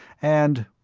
and.